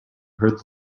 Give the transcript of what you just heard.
heard